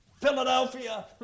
Philadelphia